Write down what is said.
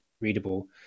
readable